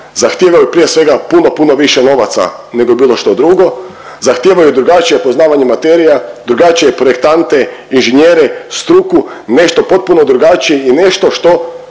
Zahtijevaju prije svega puno, puno više novaca nego bilo što drugo. Zahtijevaju drugačije poznavanje materija, drugačije projektante, inženjere, struku, nešto potpuno drugačije i nešto što